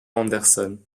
anderson